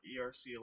ERC